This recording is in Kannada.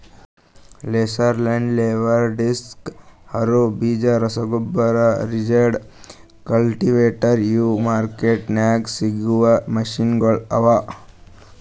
laser land leveller, disc harrow, ಬೀಜ ರಸಗೊಬ್ಬರ, ರಿಜಿಡ್, ಕಲ್ಟಿವೇಟರ್ ಇವು ಮಾರ್ಕೆಟ್ದಾಗ್ ಸಿಗವು ಮೆಷಿನಗೊಳ್ ಅವಾ